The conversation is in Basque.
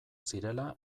zirela